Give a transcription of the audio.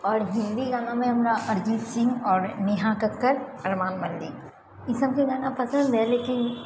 आओर हिन्दी गानामे हमरा अरिजीत सिंह आओर नेहा कक्कर अरमान मल्लिक ई सबके गाना पसन्द अछि लेकिन